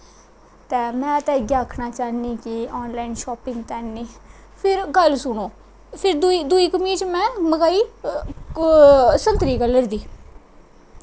ते में ते इ'यै आखना चाह्नीं कि ऑन लाईन शापिंग ते ऐनी फिर गल्ल सुनो फिर दुई कमीज में मंगाई संतरी कल्लर दी